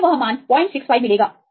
हमें वह मान 065 मिलेगा